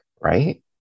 right